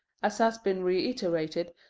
as has been reiterated,